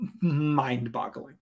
mind-boggling